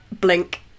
blink